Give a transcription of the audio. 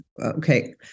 okay